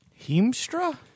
Heemstra